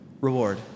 Reward